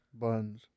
Buns